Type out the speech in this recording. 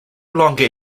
longer